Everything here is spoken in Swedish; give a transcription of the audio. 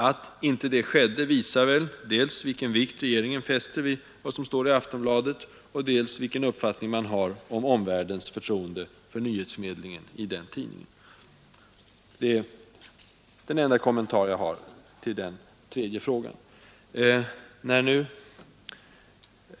Att inte så skedde visar väl dels vilken vikt regeringen fäster vid vad som står i Aftonbladet, dels vilken uppfattning man har om omvärldens förtroende för nyhetsförmedlingen i den tidningen. Det är de enda kommentarer jag har till den tredje frågan.